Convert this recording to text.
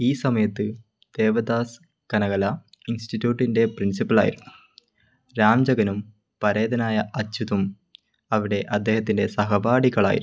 ഈ സമയത്ത് ദേവദാസ് കനകല ഇൻസ്റ്റിട്യൂട്ടിൻ്റെ പ്രിൻസിപ്പൽ ആയിരുന്നു രാംജഗനും പരേതനായ അച്യുതും അവിടെ അദ്ദേഹത്തിൻ്റെ സഹപാഠികളായിരുന്നു